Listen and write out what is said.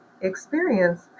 experience